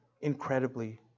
incredibly